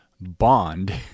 bond